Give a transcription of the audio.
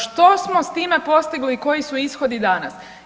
Što smo s time postigli i koji su ishodi danas?